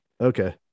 Okay